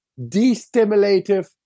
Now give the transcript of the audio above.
destimulative